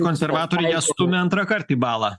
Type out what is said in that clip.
konservatoriai ją stumia antrąkart į balą